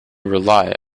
rely